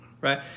right